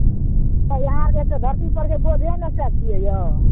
तऽ अहाँ आरके धरतीपर जे बोझे ने एकटा छियै यौ